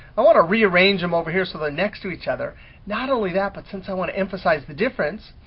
i want to rearrange them over here. so, the next to each other not only that but since i want to emphasize the difference.